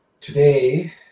today